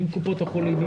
עם קופות החולים,